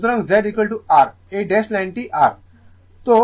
সুতরাং ZR এই dash লাইনটি R